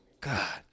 God